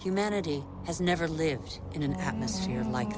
humanity has never lives in an atmosphere like